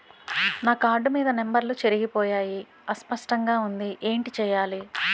నా కార్డ్ మీద నంబర్లు చెరిగిపోయాయి అస్పష్టంగా వుంది ఏంటి చేయాలి?